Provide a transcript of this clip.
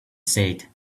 said